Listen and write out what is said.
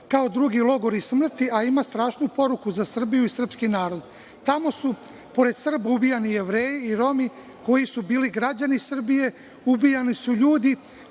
kao drugi logori smrti, a ima strašnu poruku za Srbiju i srpski narod. Tamo su, pored Srba, ubijani Jevreji i Romi koji su bili građani Srbije, ubijani su ljudi